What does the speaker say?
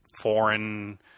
foreign